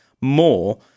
more